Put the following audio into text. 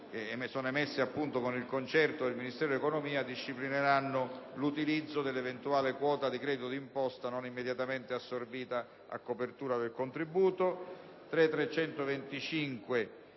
che sono emesse con il concerto del Ministero dell'economia, disciplineranno l'utilizzo dell'eventuale quota di credito d'imposta non immediatamente assorbita a copertura del contributo.